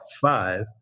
five